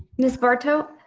ms. barto?